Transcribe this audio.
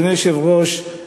אדוני היושב-ראש,